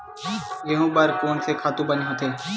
गेहूं बर कोन से खातु बने होथे?